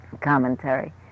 commentary